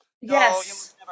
Yes